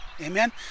Amen